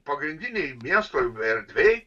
pagrindinėj miesto erdvėj